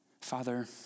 Father